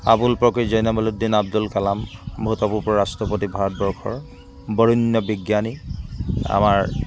আবুল পকীৰ জয়নালাবাদিন আব্দোল কালাম ভূতপূৰ্ব ৰাষ্ট্ৰপতি ভাৰতবৰ্ষৰ বৰেণ্য বিজ্ঞানী আমাৰ